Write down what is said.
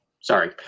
sorry